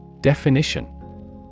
Definition